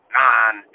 nine